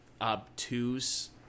obtuse